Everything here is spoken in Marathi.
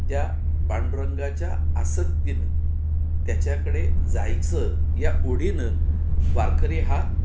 त्या पांडुरंगाच्या आसक्तीनं त्याच्याकडे जायचं या ओढीनं वारकरी हा